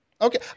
Okay